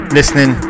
listening